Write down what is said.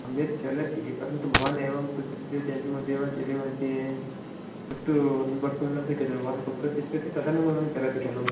सम्यक् चलति परन्तु भवानेवं पृच्छति चेत् एम् बि मध्ये वा के बि मध्ये तत्तु वक्तुं न शक्यते भवान् कुत्र तिष्ठति तदनुगुणं चलति खलु